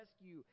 rescue